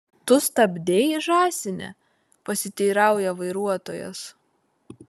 tu stabdei žąsine pasiteirauja vairuotojas